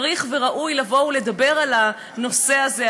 צריך וראוי לבוא ולדבר על הנושא הזה,